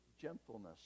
gentleness